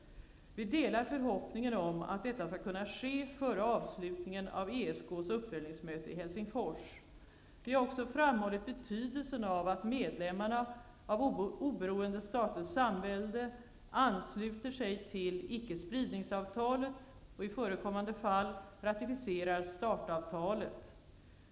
Vi delar förhoppningen om att detta skall kunna ske före avslutningen av ESK:s uppföljningsmöte i Helsingfors. Vi har också framhållit betydelsen av att medlemmarna av Oberoende Staters Samvälde ansluter sig till icke-spridningsavtalet och, i förekommande fall, ratificerar START-avtalet.